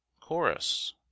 chorus